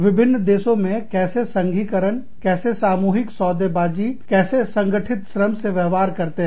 विभिन्न देशों में कैसे संघीकरण कैसे सामूहिक सौदेबाजी सौदेकारी कैसे संगठित श्रम से व्यवहार करते हैं